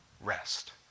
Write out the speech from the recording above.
rest